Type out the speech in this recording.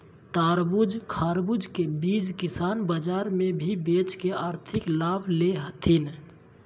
तरबूज, खरबूज के बीज किसान बाजार मे भी बेच के आर्थिक लाभ ले हथीन